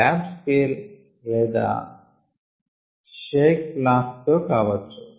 lab scale లేదా shake flask తో కావచ్చు